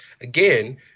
Again